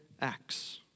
acts